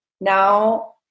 Now